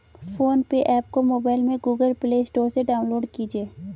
phone पे app को mobile में गूगल प्ले स्टोर से डाउनलोड कीजिए